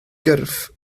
gyrff